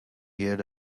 heard